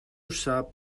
sap